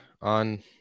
on